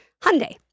Hyundai